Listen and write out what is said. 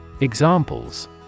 Examples